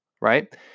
right